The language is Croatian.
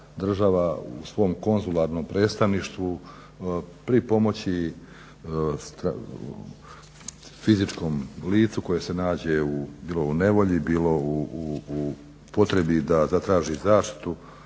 država u svom konzularnom predstavništvu pripomoći fizičkom licu koje se nađe bilo u nevolji bilo u potrebi da zatraži zaštitu